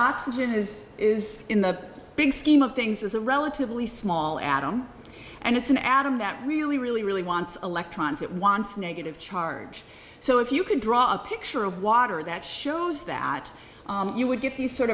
oxygen is is in the big scheme of things is a relatively small atom and it's an atom that really really really wants electrons it wants negative charge so if you can draw a picture of water that shows that you would get these sort